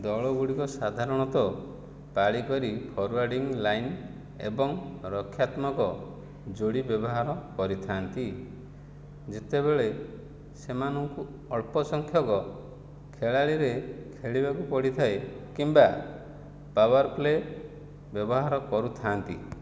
ଦଳ ଗୁଡ଼ିକ ସାଧାରଣତଃ ପାଳି କରି ଫରୱାଡ଼ିଙ୍ଗ ଲାଇନ୍ ଏବଂ ରକ୍ଷାତ୍ମକ ଯୋଡ଼ି ବ୍ୟବହାର କରିଥାନ୍ତି ଯେତେବେଳେ ସେମାନଙ୍କୁ ଅଳ୍ପ ସଂଖ୍ୟକ ଖେଳାଳିରେ ଖେଳିବାକୁ ପଡ଼ିଥାଏ କିମ୍ବା ପାଓ୍ୱାର୍ ପ୍ଲେ ବ୍ୟବହାର କରୁଥାନ୍ତି